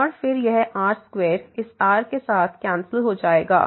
और फिर यह r2 इस r के साथ कैंसिल हो जाएगा